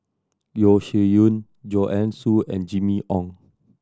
Yeo Shih Yun Joanne Soo and Jimmy Ong